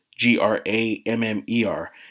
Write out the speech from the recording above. G-R-A-M-M-E-R